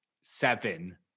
seven